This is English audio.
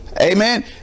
Amen